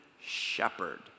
shepherd